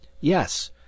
Yes